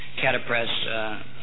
catapress